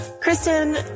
Kristen